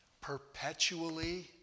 perpetually